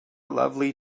lovely